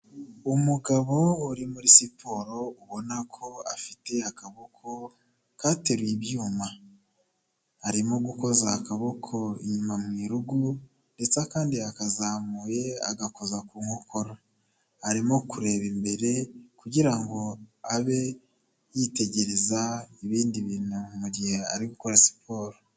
Umugabo uri muri siporo ubona ko afite akaboko kateruye ibyuma, arimo gukoza akaboko inyuma mu irugu ndetse kandi yakazamuye agakoza ku nkokora, arimo kureba imbere kugira ngo abe yitegereza ibindi bintu mu gihe ari gukora siporo.